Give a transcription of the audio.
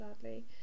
sadly